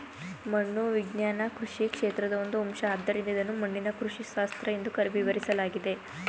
ಮಣ್ಣು ವಿಜ್ಞಾನ ಕೃಷಿ ಕ್ಷೇತ್ರದ ಒಂದು ಅಂಶ ಆದ್ದರಿಂದ ಇದನ್ನು ಮಣ್ಣಿನ ಕೃಷಿಶಾಸ್ತ್ರ ಎಂದೂ ವಿವರಿಸಲಾಗಿದೆ